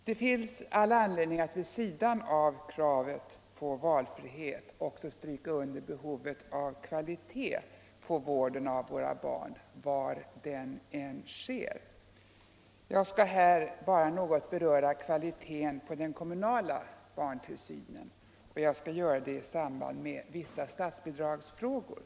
Det finns all anledning att vid sidan av kravet på valfrihet också understryka behovet av kvalitet på vården av våra barn, var den än sker. Jag skall här bara något beröra kvaliteten på den kommunala barntillsynen, och jag skall göra det i samband med vissa statsbidragsfrågor.